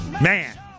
Man